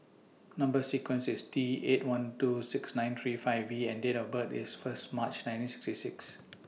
Number sequence IS T eight one two six nine three five V and Date of birth IS First March nineteen sixty six